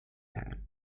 pan